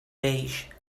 beige